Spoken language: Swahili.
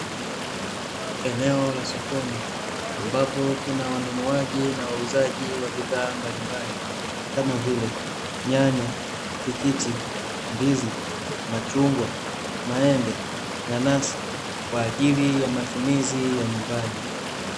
Eneo la sokoni, ambapo kuna wanunuaji na wauzaji wa bidhaa mbalimbali, kama vile nyanya, tikiti, ndizi, machungwa, maembe, nanasi, kwaajili ya matumizi ya nyumbani.